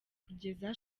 kugeza